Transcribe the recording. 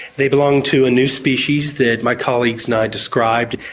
they belong to a new species that my colleagues and i described.